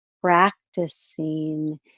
practicing